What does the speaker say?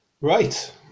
Right